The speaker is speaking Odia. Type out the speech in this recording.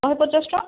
ଶହେ ପଚାଶ ଟଙ୍କା